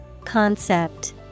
Concept